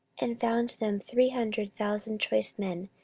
and found them three hundred thousand choice men,